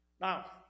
Now